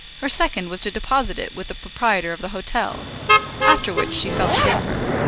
her second was to deposit it with the proprietor of the hotel after which she felt safer.